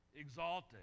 exalted